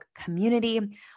community